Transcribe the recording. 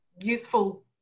useful